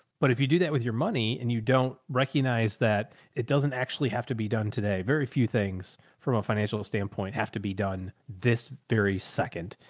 but if you do that with your money and you don't recognize that it doesn't actually have to be done today, very few things from a financial standpoint have to be done this very second.